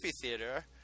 theater